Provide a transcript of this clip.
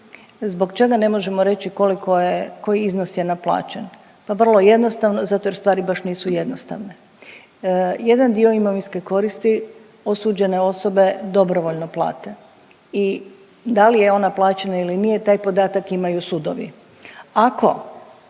zbog čega ne možemo reći koliko je, koji iznos je naplaćen, pa vrlo jednostavno, zato što stvari baš nisu jednostavne. Jedan dio imovinske koriste osuđene osobe dobrovoljno plate i da li je ona plaćena ili nije, taj podatak imaju sudovi.